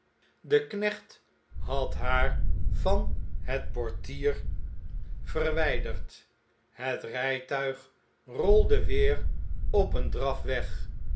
de knecht had haar van het portier verwjjderd het rjjtuig rolde weer op een draf